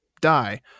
die